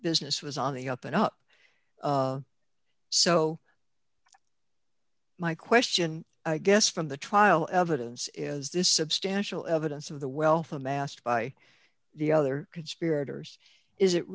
business was on the up and up so my question i guess from the trial evidence is this substantial evidence of the wealth amassed by the other